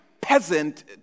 peasant